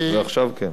ועכשיו כן.